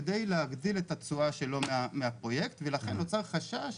כדי להגדיל את התשואה שלו מהפרויקט ולכן נוצר חשש